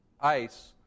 ice